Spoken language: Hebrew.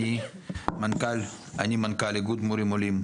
אני מנכ"ל איגוד מורים עולים,